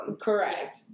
correct